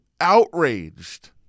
outraged